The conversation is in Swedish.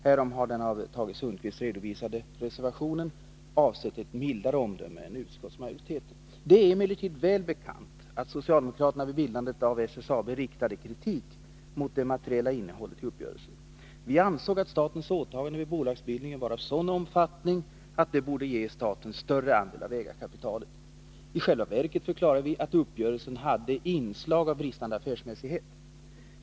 Därom har den av Tage Torsdagen den Sundkvist redovisade reservationen avsett ett mildare omdöme än utskotts 9 december 1982 majoriteten. Det är emellertid väl bekant att socialdemokraterna vid bildandet av SSAB riktade kritik mot det materiella innehållet i uppgörelsen. Vi ansåg att den ekonomiska statens åtaganden vid bolagsbildningen var av sådan omfattning att staten uppgörelsen i samborde ges större andel av ägarkapitalet. I själva verket förklarade vi att band med bildanuppgörelsen hade inslag av bristande affärsmässighet.